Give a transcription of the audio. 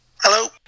Hello